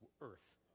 earth